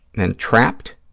then trapped.